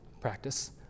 practice